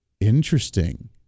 Interesting